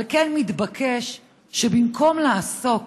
לכן מתבקש שבמקום לעסוק